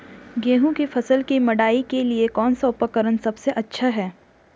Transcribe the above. गेहूँ की फसल की मड़ाई के लिए कौन सा उपकरण सबसे अच्छा है?